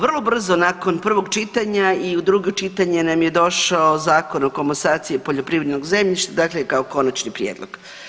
Vrlo brzo nakon prvog čitanja i u drugo čitanje nam je došao Zakon o komasaciji poljoprivrednog zemljišta, dakle kao konačni prijedlog.